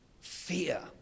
fear